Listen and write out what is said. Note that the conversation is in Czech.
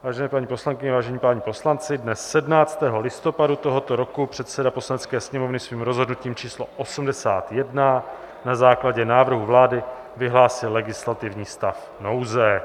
Vážené paní poslankyně, vážení páni poslanci, dne 17. listopadu tohoto roku předseda Poslanecké sněmovny svým rozhodnutím číslo 81 na základě návrhu vlády vyhlásil stav legislativní nouze.